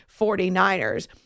49ers